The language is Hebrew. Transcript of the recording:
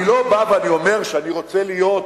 אני לא בא ואומר שאני רוצה להיות,